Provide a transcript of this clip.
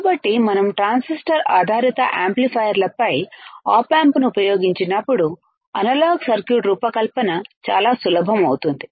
కాబట్టి మనం ట్రాన్సిస్టర్ ఆధారిత యాంప్లిఫైయర్లపై ఆప్ ఆంప్ను ఉపయోగించినప్పుడు అనలాగ్ సర్క్యూట్ రూపకల్పన చాలా సులభం అవుతుంది